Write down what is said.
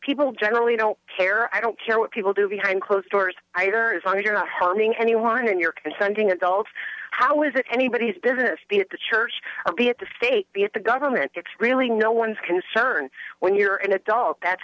people generally don't care i don't care what people do behind closed doors either as long as you're not harming anyone in your consenting adults how is it anybody's business being at the church at the state be it the government it's really no one's concern when you're an adult that's